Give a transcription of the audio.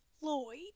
Lloyd